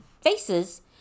faces